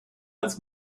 als